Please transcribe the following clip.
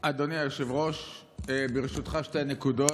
אדוני היושב-ראש, ברשותך, שתי נקודות.